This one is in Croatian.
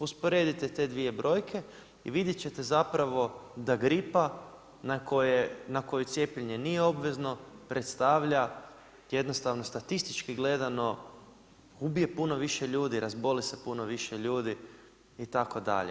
Usporedite te dvije brojke i vidjet ćete zapravo da gripa na koju cijepljenje nije obvezno predstavlja jednostavno statistički gledano ubije puno više ljudi, razboli se puno više ljudi itd.